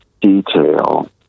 detail